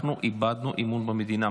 אנחנו איבדנו אמון במדינה.